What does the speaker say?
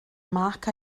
mark